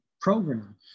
program